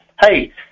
hey